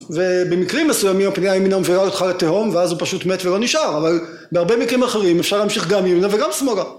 ובמקרים מסוימים הפנייה ימינה מובילה אותך לתהום ואז הוא פשוט מת ולא נשאר אבל בהרבה מקרים אחרים אפשר להמשיך גם ימינה וגם שמאלה